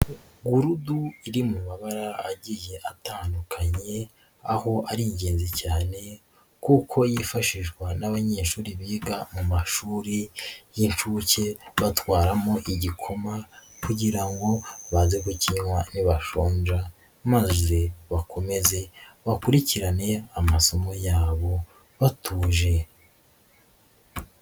Wurudu iri mu mabara agiye atandukanye, aho ari ingenzi cyane kuko yifashishwa n'abanyeshuri biga mu mashuri y'incuke batwaramo igikoma kugira ngo baze kukinywa ntibashonja, maze bakomeze bakurikirane amasomo yabo batuje.